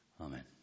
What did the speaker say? Amen